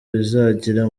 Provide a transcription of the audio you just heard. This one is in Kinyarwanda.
bizagira